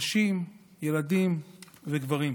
נשים, ילדים וגברים.